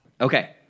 Okay